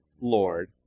Lord